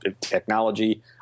technology –